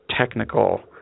technical